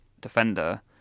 defender